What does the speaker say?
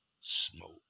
smoke